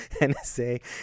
NSA